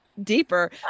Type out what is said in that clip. Deeper